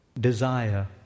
desire